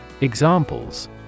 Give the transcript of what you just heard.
Examples